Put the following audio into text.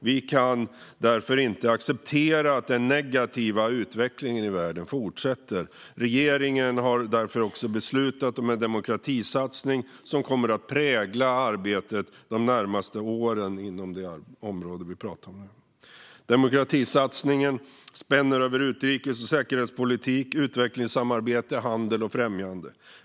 Vi kan därför inte acceptera att den negativa utvecklingen i världen fortsätter. Regeringen har därför också beslutat om en demokratisatsning som kommer att prägla arbetet de närmaste åren inom det område vi talar om. Demokratisatsningen spänner över utrikes och säkerhetspolitik, utvecklingssamarbete, handel och främjande.